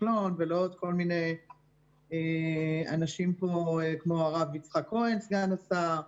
כחלון ולעוד אנשים נוספים כמו הרב יצחק כהן סגן השר,